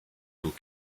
lou